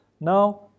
Now